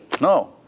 No